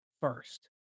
first